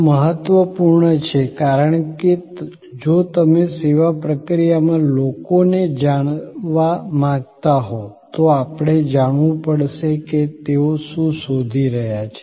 આ મહત્વપૂર્ણ છે કારણ કે જો તમે સેવા પ્રક્રિયામાં લોકોને જાણવા માંગતા હો તો આપણે જાણવું પડશે કે તેઓ શું શોધી રહ્યા છે